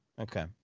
Okay